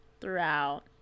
throughout